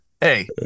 Hey